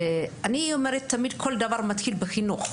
אני אומרת תמיד שכל דבר מתחיל בחינוך.